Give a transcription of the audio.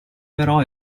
però